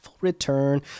return